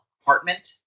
apartment